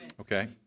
okay